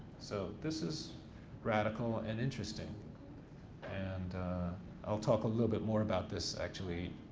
so this is radical and interesting and i'll talk a little bit more about this, actually,